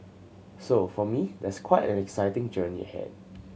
so for me there's quite an exciting journey ahead